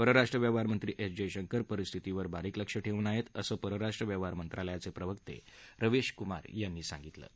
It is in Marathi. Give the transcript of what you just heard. परराष्ट्र व्यवहारमंत्री एस जयशंकर परिस्थितीवर बारीक लक्ष ठेवून आहेत असं परराष्ट्र व्यवहार मंत्रालयाचे प्रवक्ते रविश क्मार यांनी म्हटलं आहे